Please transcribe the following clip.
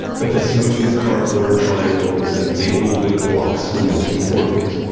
but the smooth cardboard triangles and maple wood blocks were most important.